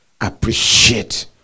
Appreciate